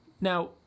now